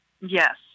Yes